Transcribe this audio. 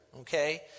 okay